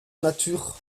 nature